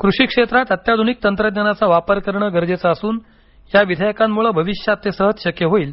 कृषी क्षेत्रात अत्याधुनिक तंत्रज्ञानाचा वापर करणं गरजेचं असून या विधेयकांमुळे भविष्यात ते सहज शक्य होईल